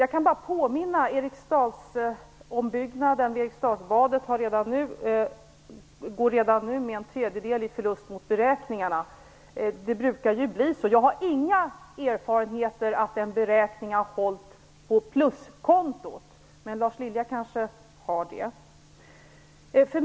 Jag kan påminna om ombyggnaden av Eriksdalsbadet. Redan nu överstiger förlusten beräkningarna med en tredjedel. Det brukar bli så. Jag har inga erfarenheter av att en beräkning har hamnat på pluskontot. Men det kanske Lars Lilja har.